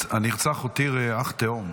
הנרצח הותיר אח תאום.